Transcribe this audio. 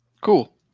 Cool